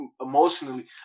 emotionally